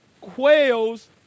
quails